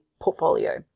portfolio